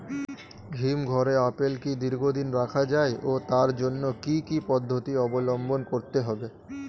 হিমঘরে আপেল কি দীর্ঘদিন রাখা যায় ও তার জন্য কি কি পদ্ধতি অবলম্বন করতে হবে?